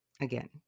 again